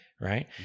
Right